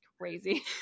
crazy